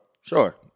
Sure